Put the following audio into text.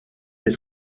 des